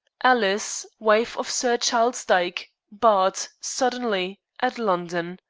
alice, wife of sir charles dyke, bart, suddenly, at london.